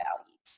values